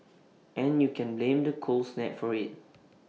and you can blame the cold snap for IT